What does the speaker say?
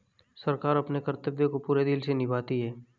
सरकार अपने कर्तव्य को पूरे दिल से निभाती है